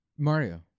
Mario